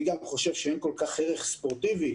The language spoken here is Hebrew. אני גם חושב שאין כל-כך ערך ספורטיבי